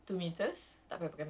ya by right lah